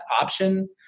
option